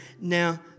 now